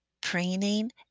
preening